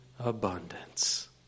Abundance